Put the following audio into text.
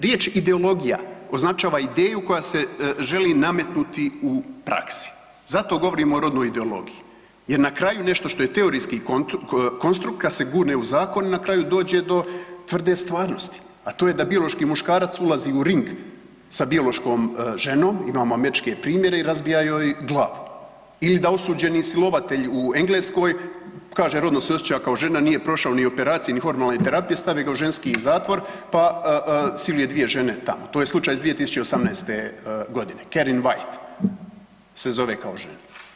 Riječ ideologija označava ideju koja se žali nametnuti u praksi, zato govorimo o rodnoj ideologiji jer na kraju nešto što je teorijski konstruk, kad se gurne u zakon na kraju dođe do tvrde stvarnosti, a to je da biološki muškarac ulazi u ring sa biološkom ženom, imamo američke primjere i razbija joj glavu ili da osuđeni silovatelj u Engleskoj kaže rodno se osjeća kao žena nije prošao ni operacije, ni hormonalne terapije, stave ga u ženski zatvor pa siluje 2 žene tamo, to je slučaj iz 2018. godine Kerin White se zove kao žena.